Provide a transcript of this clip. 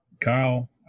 Kyle